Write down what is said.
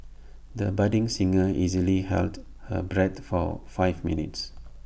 the budding singer easily held her breath for five minutes